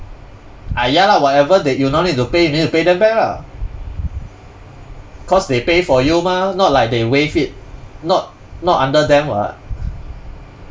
ah ya lah whatever that you no need to pay you need to pay them back lah cause they pay for you mah not like they waived it not not under them [what]